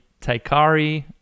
Taikari